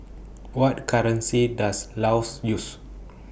What currency Does Laos use